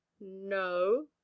no